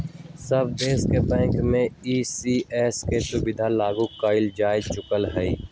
सब देश के बैंक में ई.सी.एस के सुविधा लागू कएल जा चुकलई ह